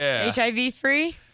HIV-free